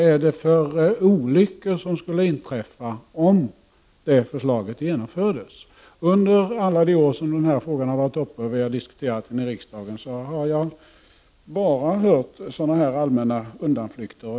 Vilka olyckor skulle inträffa om det förslaget genomfördes? Under alla de år som den här frågan har varit uppe i riksdagen har jag bara hört allmänna undanflykter.